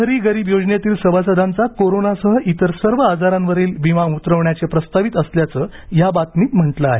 शहरी गरीब योजनेतील सभासदांचा कोरोनासह इतर सर्व आजारांवरील विमा उतरविण्याचे प्रस्तावित असल्याचं या बातमीत म्हटलं आहे